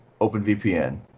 openvpn